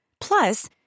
Plus